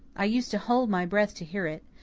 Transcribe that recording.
i used to hold my breath to hear it.